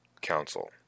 Council